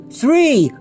three